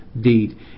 deed